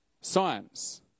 science